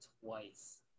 twice